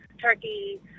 turkey